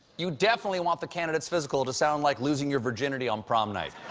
you definitely want the candidate's physical to sound like losing your virginity on prom night.